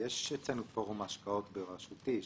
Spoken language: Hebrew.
יש אצלנו פורום השקעות בראשותי,